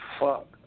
fuck